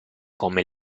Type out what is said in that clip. come